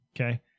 Okay